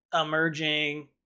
emerging